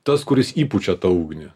tas kuris įpučia tą ugnį